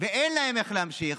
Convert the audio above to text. ואין להן איך להמשיך,